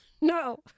No